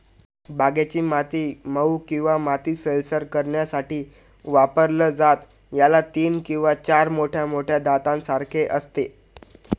बागेची माती मऊ किंवा माती सैलसर करण्यासाठी वापरलं जातं, याला तीन किंवा चार मोठ्या मोठ्या दातांसारखे असते